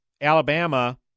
Alabama